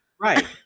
right